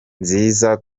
nziza